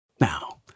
Now